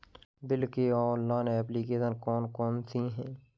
Bill के लिए online application कौन कौन सी हैं?